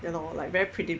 ya lor know like very predict~